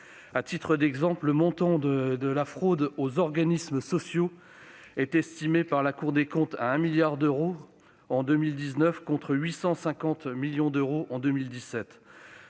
À titre d'exemple, le montant de la fraude aux organismes sociaux est estimé par la Cour des comptes à 1 milliard d'euros en 2019, contre 850 millions d'euros en 2017.